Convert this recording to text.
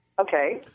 Okay